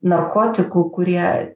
narkotikų kurie